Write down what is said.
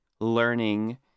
learning